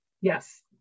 yes